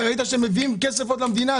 אתה ראית שמביאים עוד כסף למדינה.